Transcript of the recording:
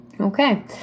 Okay